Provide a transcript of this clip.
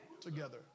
together